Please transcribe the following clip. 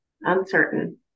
uncertain